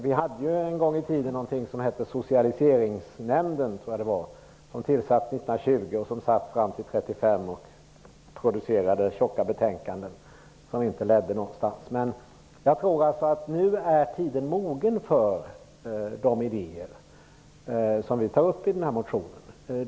Vi hade en gång i tiden någonting som hette Socialiseringsnämnden, som tillsattes 1920 och satt fram till 1935 och producerade tjocka betänkanden som inte ledde någonstans. Jag tror att tiden nu är mogen för de idéer vi tar upp i vår motion.